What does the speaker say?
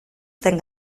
zen